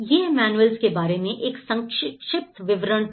यह मैनुएल्स के बारे में एक संक्षिप्त विवरण था